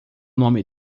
nome